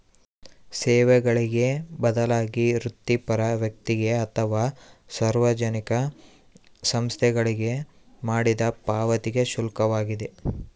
ಸೇವೆಗಳಿಗೆ ಬದಲಾಗಿ ವೃತ್ತಿಪರ ವ್ಯಕ್ತಿಗೆ ಅಥವಾ ಸಾರ್ವಜನಿಕ ಸಂಸ್ಥೆಗಳಿಗೆ ಮಾಡಿದ ಪಾವತಿಗೆ ಶುಲ್ಕವಾಗಿದೆ